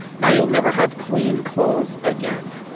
now you'll never have clean clothes again.